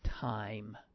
time